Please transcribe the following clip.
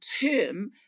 term